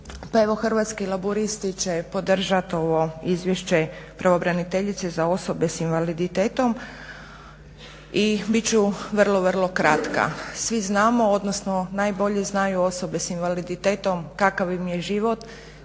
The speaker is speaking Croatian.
Hrvatski laburisti će podržati ovo Izvješće pravobraniteljice za osobe s invaliditetom i bit ću vrlo, vrlo kratka. Svi znamo, odnosno najbolje znaju osobe s invaliditetom kakav im je život,